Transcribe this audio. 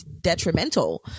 detrimental